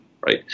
right